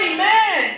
Amen